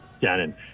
Gannon